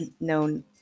known